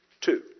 Two